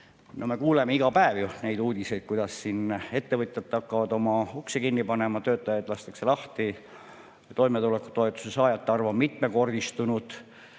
me kuuleme ju iga päev uudiseid, kuidas ettevõtjad hakkavad oma uksi kinni panema, töötajaid lastakse lahti, toimetulekutoetuse saajate arv on mitmekordistunud